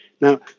Now